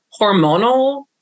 hormonal